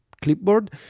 clipboard